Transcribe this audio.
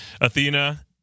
athena